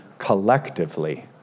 collectively